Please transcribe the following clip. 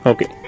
Okay